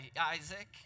isaac